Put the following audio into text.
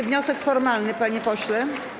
Czy wniosek formalny, panie pośle?